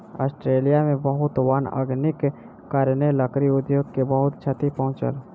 Australia में बहुत वन अग्निक कारणेँ, लकड़ी उद्योग के बहुत क्षति पहुँचल